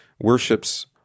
worships